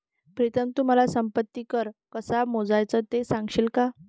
प्रीतम तू मला संपत्ती कर कसा मोजायचा ते सांगशील का?